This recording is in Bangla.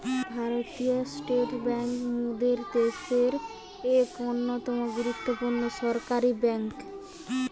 ভারতীয় স্টেট বেঙ্ক মোদের দ্যাশের এক অন্যতম গুরুত্বপূর্ণ সরকারি বেঙ্ক